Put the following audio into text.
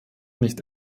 nicht